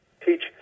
Teach